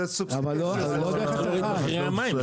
צריך להוריד את מחירי המים,